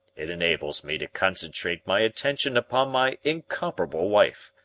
it enables me to concentrate my attention upon my incomparable wife,